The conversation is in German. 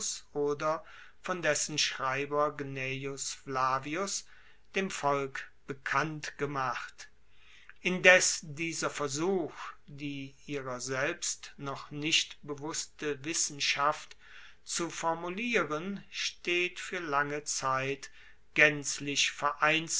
oder von dessen schreiber gnaeus flavius dem volk bekanntgemacht indes dieser versuch die ihrer selbst noch nicht bewusste wissenschaft zu formulieren steht fuer lange zeit gaenzlich vereinzelt